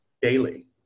Daily